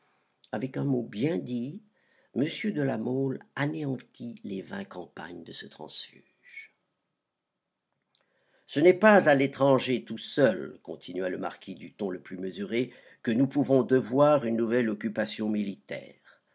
avec un mot bien dit m de la mole anéantit les vingt campagnes de ce transfuge ce n'est pas à l'étranger tout seul continua le marquis du ton le plus mesuré que nous pouvons devoir une nouvelle occupation militaire